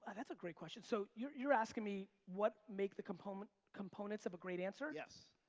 and that's a great questions so, you're you're asking me, what make the components components of a great answer? yes.